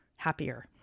happier